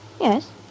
Yes